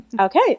okay